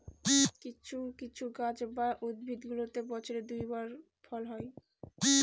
কিছু কিছু গাছ বা উদ্ভিদগুলোতে বছরে দুই বার ফল হয়